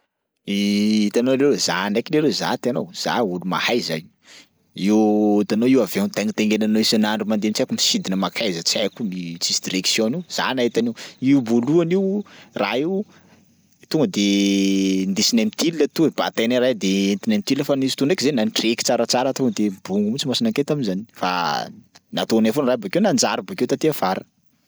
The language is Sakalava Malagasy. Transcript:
Hitanao leroa za ndraiky leroa za hitanao za olo mahay zay. Io hitanao io avion taingitaingenanao isan'andro mandeha tsy haiko misidina makaiza tsy haiko io tsisy direction io za nahita an'io. Io boloany io raha io tonga de ndesinay mitily lato batainay raha io de entinay mitily fa nisy fotoa ndraiky zahay nantreky tsaratsara tonga de bongo mihitsy masonakay tam'zany fa nataonay foana raha bakeo nanjary bakeo taty afara.